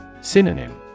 Synonym